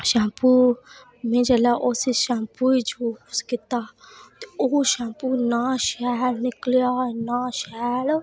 shampoo में जेल्लै उस शैम्पू ई यूज कीता शैम्पू इन्ना अच्छा निकलेआ इन्ना अच्छा हा अते